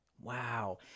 Wow